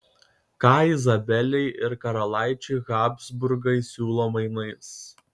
ką izabelei ir karalaičiui habsburgai siūlo mainais